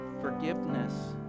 forgiveness